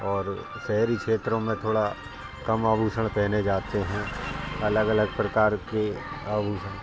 और शहरी क्षेत्रों में थोड़ा कम आभूषण पहने जाते हैं अलग अलग प्रकार के आभूषण